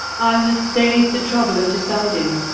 i was saved the trouble of deciding,